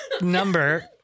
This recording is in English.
number